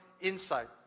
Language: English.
insight